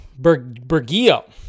Bergio